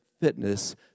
fitness